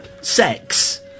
sex